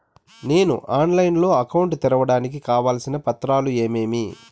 నేను ఆన్లైన్ లో అకౌంట్ తెరవడానికి కావాల్సిన పత్రాలు ఏమేమి?